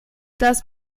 das